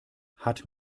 hat